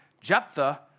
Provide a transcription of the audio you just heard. Jephthah